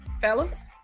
fellas